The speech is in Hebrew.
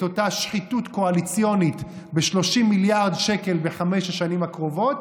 את אותה שחיתות קואליציונית ב-30 מיליארד שקל בחמש השנים הקרובות,